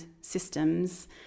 systems